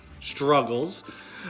struggles